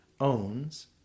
owns